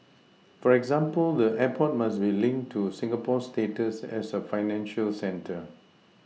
for example the airport must be linked to Singapore's status as a financial centre